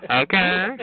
okay